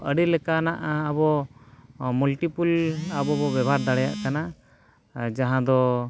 ᱟᱹᱰᱤ ᱞᱮᱠᱟᱱᱟᱜ ᱟᱵᱚ ᱢᱟᱹᱞᱴᱤᱯᱤᱞ ᱟᱵᱚ ᱵᱚᱱ ᱵᱮᱵᱚᱦᱟᱨ ᱫᱟᱲᱮᱭᱟᱜ ᱠᱟᱱᱟ ᱡᱟᱦᱟᱸ ᱫᱚ